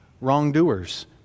wrongdoers